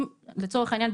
אם לצורך העניין,